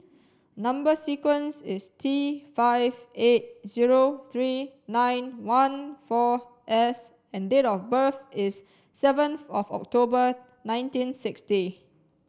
number sequence is T five eight zero three nine one four S and date of birth is seventh of October nineteen sixty